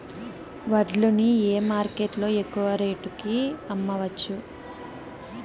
వడ్లు ని ఏ మార్కెట్ లో ఎక్కువగా రేటు కి అమ్మవచ్చు?